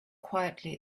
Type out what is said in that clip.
quietly